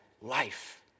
life